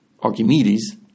Archimedes